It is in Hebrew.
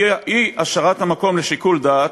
אי-השארת המקום לשיקול דעת,